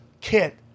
kit